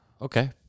Okay